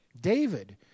David